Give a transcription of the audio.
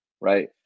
right